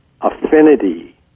affinity